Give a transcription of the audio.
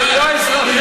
אבל הם לא אזרחים.